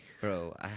Bro